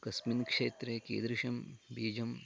कस्मिन् क्षेत्रे कीदृशं बीजम्